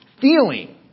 feeling